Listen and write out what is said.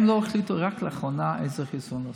הם החליטו רק לאחרונה איזה חיסון לעשות,